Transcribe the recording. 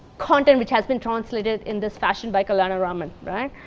content which has been translated in this fashion by kalyanaraman.